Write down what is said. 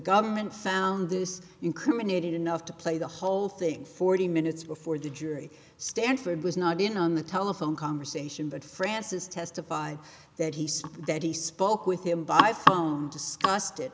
government found this incriminated enough to play the whole thing forty minutes before the jury stanford was not in on the telephone conversation but francis testified that he said that he spoke with him by phone discussed